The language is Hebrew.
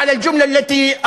בגלל מה תוריד אותי,